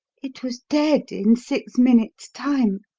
it was dead in six minutes' time!